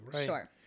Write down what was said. Sure